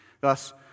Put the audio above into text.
Thus